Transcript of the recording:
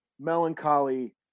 melancholy